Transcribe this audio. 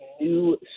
new